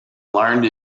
learned